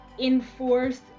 enforce